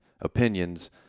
opinions